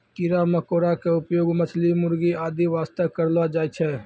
कीड़ा मकोड़ा के उपयोग मछली, मुर्गी आदि वास्तॅ करलो जाय छै